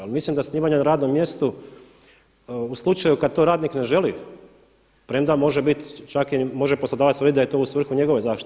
Jer mislim da snimanja na radnom mjestu u slučaju kad to radnik ne želi, premda može biti čak i može poslodavac tvrditi da je to u svrhu njegove zaštite.